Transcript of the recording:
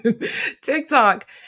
TikTok